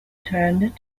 turned